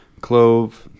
clove